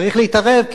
צריך להתערב,